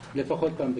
לפחות פעם ביום.